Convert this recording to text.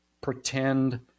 pretend